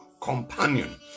companion